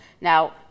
Now